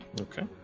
okay